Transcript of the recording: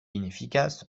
inefficace